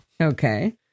Okay